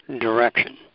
direction